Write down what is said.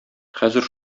хәзер